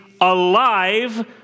alive